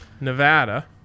Nevada